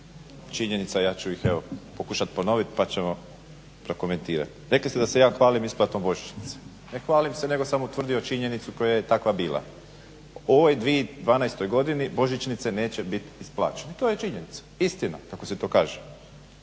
činjenica, a ja ću ih evo pokušati ponoviti pa ćemo prokomentirati. Rekli ste da se ja hvalim isplatom božićnice. Ne hvalim se nego sam utvrdio činjenicu koja je takva bila. U ovoj 2012. godini božićnice neće biti isplaćene. To je činjenica, istina kako se to kaže.